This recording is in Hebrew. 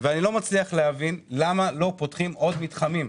ואני לא מבין למה לא פותחים עוד מתחמים?